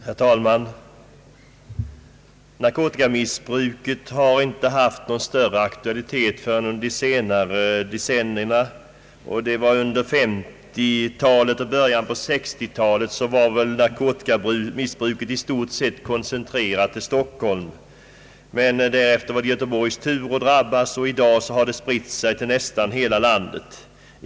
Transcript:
Herr talman! Narkotikamissbruket har inte haft någon större aktualitet förrän under de senare decennierna; under 1950-talet och i början av 1960 talet var väl narkotikamissbruket i stort sett koncentrerat till Stockholm. Därefter var det Göteborgs tur att drabbas, och i dag har missbruket spritt sig till nästan hela landet.